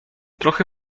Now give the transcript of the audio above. trochę